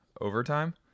Overtime